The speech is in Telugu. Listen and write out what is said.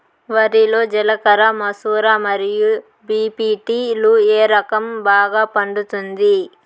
వరి లో జిలకర మసూర మరియు బీ.పీ.టీ లు ఏ రకం బాగా పండుతుంది